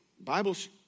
Bible's